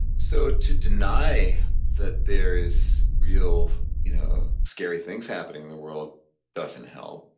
so to deny that there is real you know scary things happening in the world doesn't help,